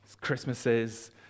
Christmases